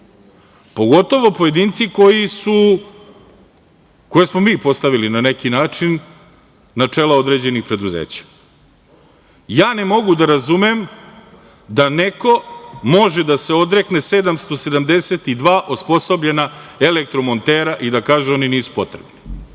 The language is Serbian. pogotovo pojedinci koje smo mi postavili na neki način na čela određenih preduzeća. Ja ne mogu da razumem da neko može da se odrekne 772 osposobljena elektromontera i da kaže – oni nisu potrebni.